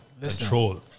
control